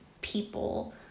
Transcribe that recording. people